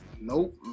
Nope